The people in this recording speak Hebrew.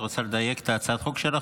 את רוצה לדייק את הצעת החוק שלך,